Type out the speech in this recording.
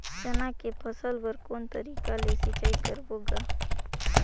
चना के फसल बर कोन तरीका ले सिंचाई करबो गा?